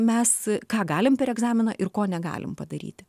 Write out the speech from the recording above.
mes ką galim per egzaminą ir ko negalim padaryti